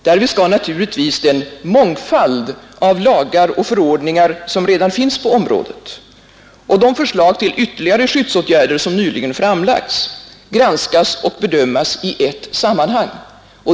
Därvid skall naturligtvis den mångfald av lagar och förordningar som redan finns på området och de förslag till ytterligare skyddsåtgärder som nyligen har framlagts granskas och bedömas i ett sammanhang.